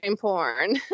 porn